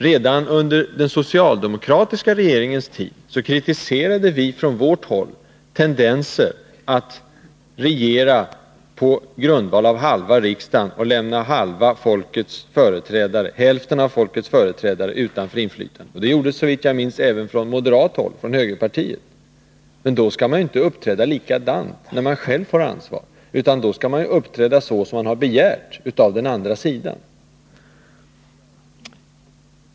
Redan på den socialdemokratiska regeringens tid kritiserade vi tendenser att regera på grundval av halva riksdagen och att lämna hälften av folkets företrädare utanför inflytandet. Det gjordes såvitt jag vet även från moderat håll, från högerpartiet. Men då skall man inte uppträda likadant när man själv får ansvar, utan då skall man uppträda så som man har begärt av den andra sidan.